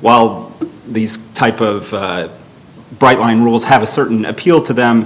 while these type of bright line rules have a certain appeal to them